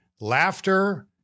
laughter